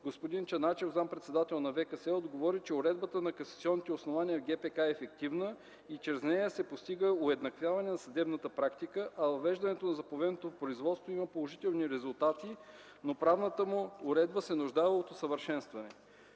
Господин Чаначев – зам.-председател на ВКС, отговори, че уредбата на касационните основания в ГПК е ефективна и чрез нея се постига уеднаквяване на съдебната практика, а въвеждането на заповедното производство има положителни резултати, но правната му уредба се нуждае от усъвършенстване.